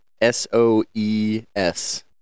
S-O-E-S